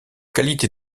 qualités